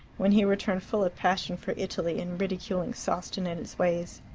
when he returned full of passion for italy, and ridiculing sawston and its ways.